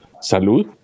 Salud